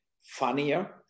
funnier